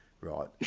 Right